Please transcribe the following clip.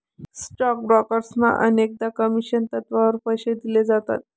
stock ब्रोकर्सना अनेकदा commission तत्त्वावर पैसे दिले जातात